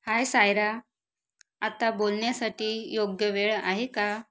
हाय सायरा आत्ता बोलण्यासाठी योग्य वेळ आहे का